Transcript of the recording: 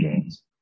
games